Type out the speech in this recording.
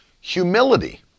Humility